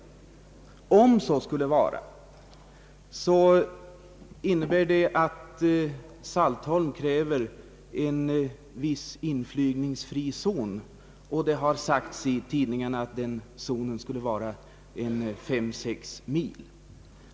I så fall innebär det att Saltholm kräver en viss inflygningsfri zon. Det har sagts i tidningarna att den zonen skulle utgöra 5—56 mil.